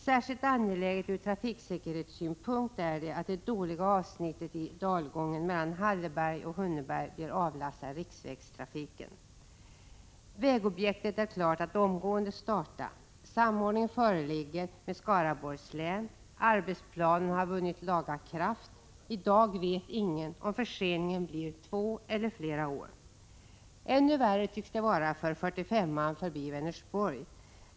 Särskilt angeläget ur trafiksäkerhetssynpunkt är att det dåliga avsnittet i dalgången mellan Halleberg och Hunneberg blir avlastat riksvägstrafiken. Vägobjektet är klart att omgående starta. Samordning föreligger med Skaraborgs län. Arbetsplanen har vunnit laga kraft. I dag vet ingen om förseningen blir två eller flera år. Ännu värre tycks situationen vara för väg 45 förbi Vänersborg.